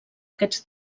aquests